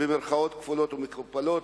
במירכאות כפולות ומכופלות,